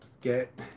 get